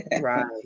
Right